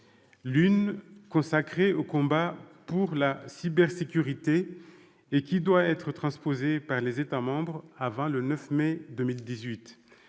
l'une consacrée au combat pour la cybersécurité et qui doit être transposée par les États membres avant le 9 mai 2018,